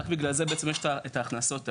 רק בגלל זה בעצם יש את ההכנסות האלה.